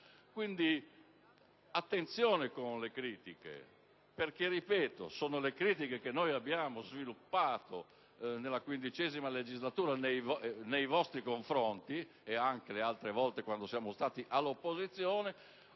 Quindi, attenzione con le critiche, perché, ripeto, sono le stesse critiche che abbiamo sviluppato nella XV legislatura nei vostri confronti, e anche le altre volte quando siamo stati all'opposizione.